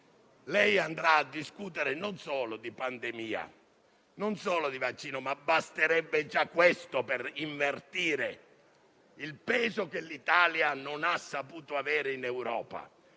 lei andrà a discutere non solo di pandemia, non solo di vaccini, ma basterebbe già questo per invertire il peso che l'Italia non ha saputo avere in Europa.